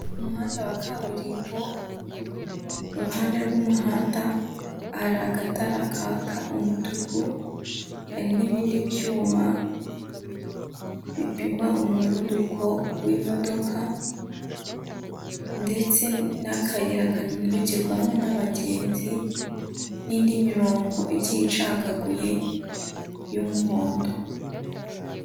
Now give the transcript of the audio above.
Umuhanda wa kaburimbo iruhande rw'umuhanda hari agatara kaka umutuku, hari n'ibindi byuma bipima umuvuduko w'imodoka, ndetse n'akayira kambukirwamo n'abagenzi n'indirongo igi icagaguye y'umuhondo.